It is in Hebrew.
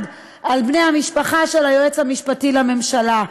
על בני המשפחה של היועץ המשפטי לממשלה.